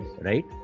Right